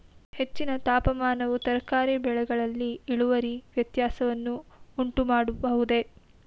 ಹೆಚ್ಚಿನ ತಾಪಮಾನವು ತರಕಾರಿ ಬೆಳೆಗಳಲ್ಲಿ ಇಳುವರಿ ವ್ಯತ್ಯಾಸವನ್ನು ಉಂಟುಮಾಡಬಹುದೇ?